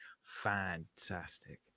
Fantastic